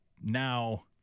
now